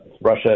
Russia